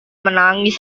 menangis